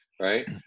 Right